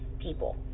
people